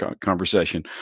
conversation